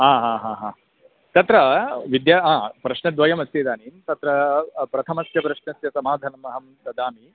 हा हा हा हा तत्र विद्या हा प्रश्नद्वयमस्ति इदानीं तत्र प्रथमस्य प्रश्नस्य समाधनम् अहं ददामि